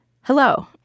hello